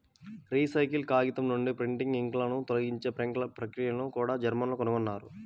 recycle కాగితం నుండి printing ఇంక్లను తొలగించే ప్రక్రియను కూడా జర్మన్లు కనుగొన్నారు